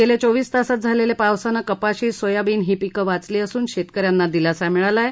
गेल्या चोवीस तासात झालेल्या पावसानं कपाशी सोयाबीन ही पीक वाचली असून शेतकऱ्यांना दिलासा मिळाला आहे